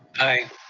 aye.